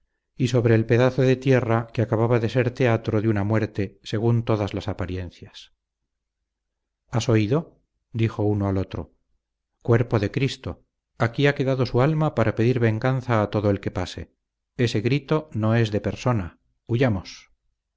y sobre el pedazo de tierra que acababa de ser teatro de una muerte según todas las apariencias has oído dijo uno al otro cuerpo de cristo aquí ha quedado su alma para pedir venganza a todo el que pase ese grito no es de persona huyamos